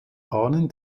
ahnen